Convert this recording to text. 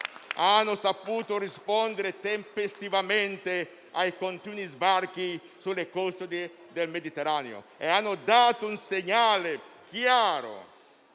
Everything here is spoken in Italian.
hanno saputo rispondere tempestivamente ai continui sbarchi sulle coste del Mediterraneo e hanno dato un segnale chiaro